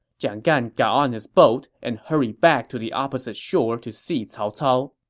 jiang gan got on his boat and hurried back to the opposite shore to see cao cao